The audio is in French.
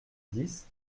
dix